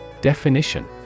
Definition